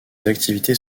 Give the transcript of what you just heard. activités